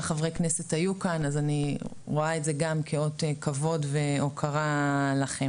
חברי כנסת היו כאן אז אני רואה את זה כאות כבוד והוקרה לכם.